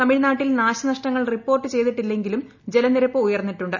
തമിഴ്നാട്ടിൽ നാശനഷ്ടങ്ങൾ റിപ്പോർട്ട് ചെയ്തിട്ടില്ലെങ്കിലും ജലനിരപ്പ് ഉയർന്നിട്ടുണ്ട്